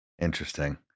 interesting